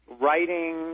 writing